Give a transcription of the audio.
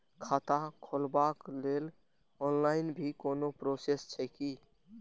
खाता खोलाबक लेल ऑनलाईन भी कोनो प्रोसेस छै की?